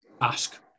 ask